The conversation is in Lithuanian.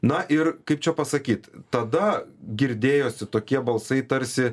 na ir kaip čia pasakyt tada girdėjosi tokie balsai tarsi